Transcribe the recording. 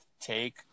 take